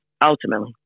ultimately